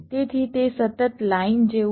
તેથી તે સતત લાઇન જેવું છે